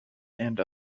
and